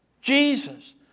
Jesus